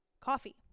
coffee